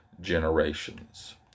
generations